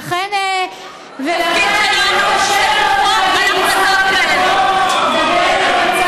לכן לא היה לך קשה לבוא ולהגיד,